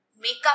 makeup